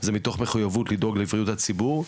זה מתוך מחויבות לדאוג לבריאות הציבור.